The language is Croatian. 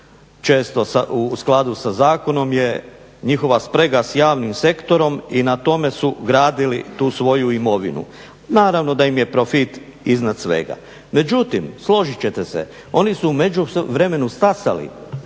često u skladu sa zakonom je njihova sprega sa javnim sektorom i na tome su gradili tu svoju imovinu. Naravno da im je profit iznad svega. Međutim, složiti ćete se, oni su u međuvremenu stasali